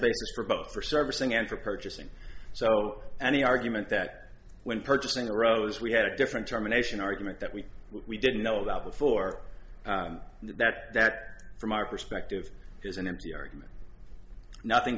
basis for both for servicing and for purchasing so any argument that when purchasing a rose we had a different germination argument that we we didn't know about before that that from our perspective is an empty argument nothing